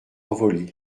envolé